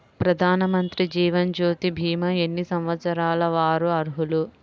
ప్రధానమంత్రి జీవనజ్యోతి భీమా ఎన్ని సంవత్సరాల వారు అర్హులు?